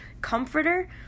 comforter